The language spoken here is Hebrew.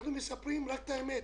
אנחנו מספרים רק את האמת,